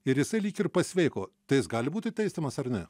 ir jisai lyg ir pasveiko tai jis gali būti teisiamas ar ne